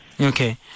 Okay